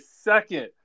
second